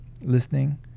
listening